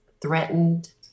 threatened